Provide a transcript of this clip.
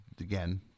again